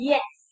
Yes